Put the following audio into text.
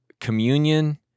communion